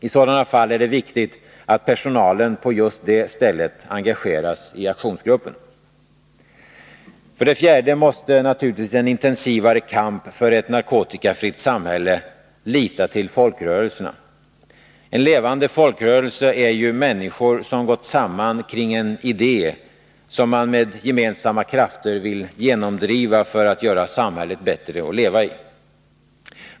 I sådana fall är det viktigt att personalen på just det stället engageras i aktionsgruppen. Vi måste i en intensivare kamp för ett narkotikafritt samhälle naturligtvis lita till folkrörelserna. En levande folkrörelse är ju människor som gått samman kring en idé, som man med gemensamma krafter vill genomdriva för att göra samhället bättre att leva i.